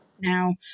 Now